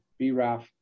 BRAF